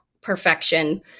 perfection